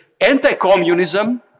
anti-communism